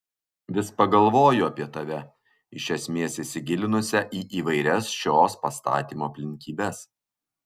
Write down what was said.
vis pagalvoju apie tave iš esmės įsigilinusią į įvairias šios pastatymo aplinkybes